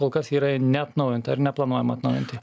kol kas yra ir neatnaujinta ir neplanuojama atnaujinti